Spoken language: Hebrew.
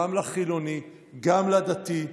גם לחילוני, גם לדתי.